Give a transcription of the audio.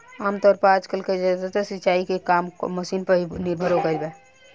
आमतौर पर आजकल के ज्यादातर सिंचाई के काम मशीन पर ही निर्भर हो गईल बा